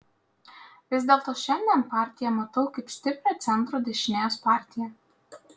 vis dėlto šiandien partiją matau kaip stiprią centro dešinės partiją